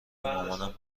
مامانم